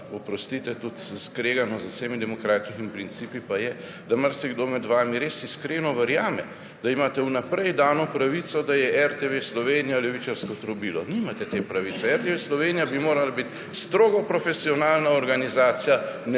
oprostite, tudi skregano z vsemi demokratičnimi principi je, da marsikdo med vami res iskreno verjame, da imate v naprej dano pravico, da je RTV Slovenija levičarsko trobilo. Nimate te pravice. RTV Slovenija bi morala biti strogo profesionalna organizacija,